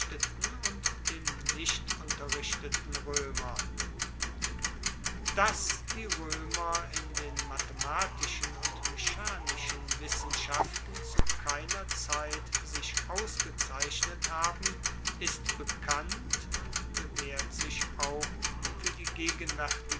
und dem nichtunterrichteten roemer dass die roemer in den mathematischen und mechanischen wissenschaften zu keiner zeit sich ausgezeichnet haben ist bekannt und bewaehrt sich auch fuer die